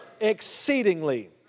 exceedingly